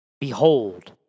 Behold